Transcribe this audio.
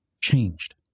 changed